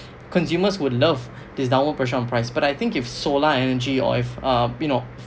consumers will love this downward pressure on price but I think if solar energy or if um you know